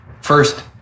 first